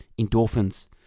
endorphins